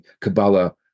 Kabbalah